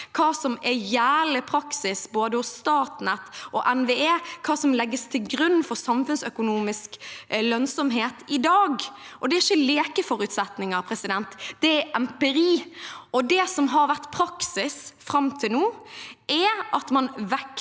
hva som er gjeldende praksis hos både Statnett og NVE, hva som legges til grunn for samfunnsøkonomisk lønnsomhet i dag. Det er ikke lekeforutsetninger, det er empiri. Det som har vært praksis fram til nå, er at man har